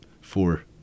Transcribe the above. four